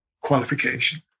qualification